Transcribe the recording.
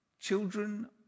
Children